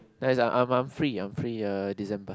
there I'm I'm free I'm free err December